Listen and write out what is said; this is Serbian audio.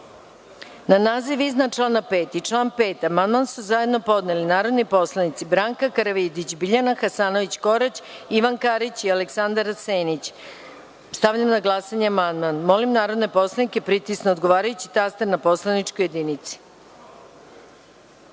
naziv iznad člana 5. i član 5. amandman su zajedno podneli narodni poslanici Branka Karavidić, Biljana Hasanović – Korać, Ivan Karić i Aleksandar Senić. Stavljam na glasanje amandman. Molim narodne poslanike da pritisnu odgovarajući taster na poslaničkoj